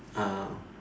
uh